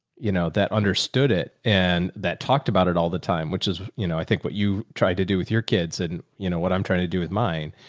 you know, that understood it and that talked about it all the time, which is, you know, i think what you tried to do with your kids and and you know, what i'm trying to do with mine,